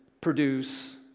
produce